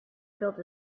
built